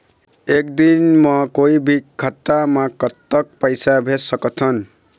एक दिन म कोई भी खाता मा कतक पैसा भेज सकत हन?